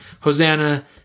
Hosanna